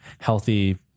healthy